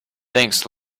thanks